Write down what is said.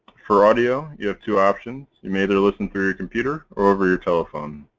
for audio you have two options you may either listen through your computer or over your telephone.